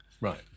right